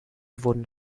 wurden